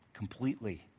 completely